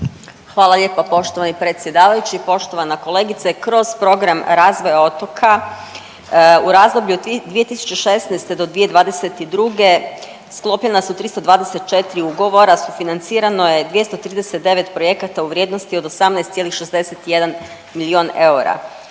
Hvala lijepa poštovani predsjedavajući. Poštovana kolegice kroz Program razvoja otoka u razdoblju od 2016.-2022. sklopljena su 324 ugovora sufinancirano je 239 projekata u vrijednosti od 18,61 milijun eura.